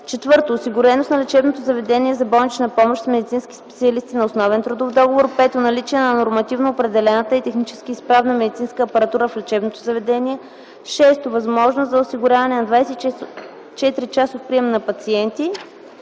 стандарти; 4. осигуреност на лечебното заведение за болнична помощ с медицински специалисти на основен трудов договор; 5. наличие на нормативно определената и технически изправна медицинска апаратура в лечебното заведение; 6. възможност за осигуряване на 24-часов прием на пациенти;”